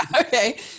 Okay